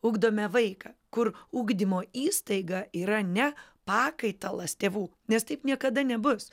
ugdome vaiką kur ugdymo įstaiga yra ne pakaitalas tėvų nes taip niekada nebus